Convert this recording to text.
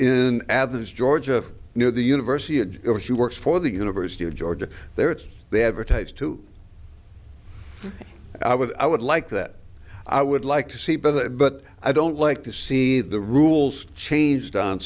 in athens georgia near the university and over she works for the university of georgia there it's they have a type two i would i would like that i would like to see but it but i don't like to see the rules changed on